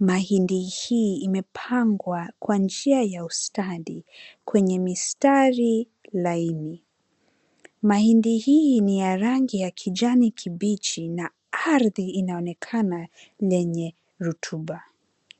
Mahindi hii imepangwa kwa njia ya ustadi, kwenye mistari laini. Mahindi hii ni ya rangi ya kijani kibichi na ardhi inaonekana yenye rutuba